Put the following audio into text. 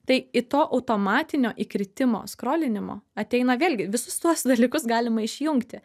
tai į to automatinio įkritimo skrolinimo ateina vėlgi visus tuos dalykus galima išjungti